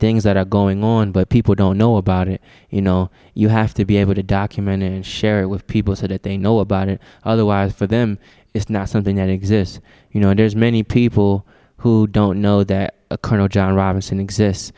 things that are going on but people don't know about it you know you have to be able to document it and share it with people so that they know about it otherwise for them it's not something that exists you know there's many people who don't know they're a colonel john robinson exists